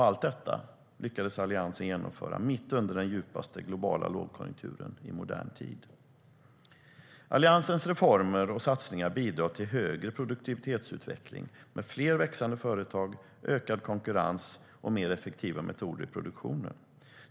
Allt detta lyckades Alliansen genomföra mitt under den djupaste globala lågkonjunkturen i modern tid. Alliansens reformer och satsningar bidrar till högre produktivitetsutveckling med fler växande företag, ökad konkurrens och mer effektiva metoder i produktionen.